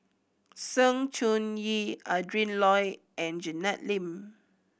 Sng Choon Yee Adrin Loi and Janet Lim